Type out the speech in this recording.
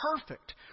perfect